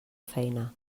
feina